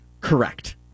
Correct